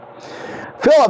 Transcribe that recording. Philip